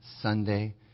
Sunday